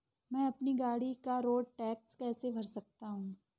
मैं अपनी गाड़ी का रोड टैक्स कैसे भर सकता हूँ?